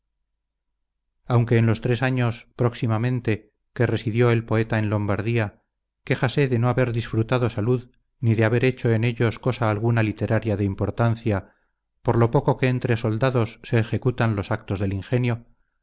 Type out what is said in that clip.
aunque en los tres años próximamente que residió el poeta en lombardía quéjase de no haber disfrutado salud ni de haber hecho en ellos cosa alguna literaria de importancia por lo poco que entre soldados se ejecutan los actos del ingenio